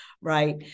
right